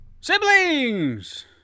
Siblings